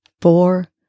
four